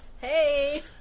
Hey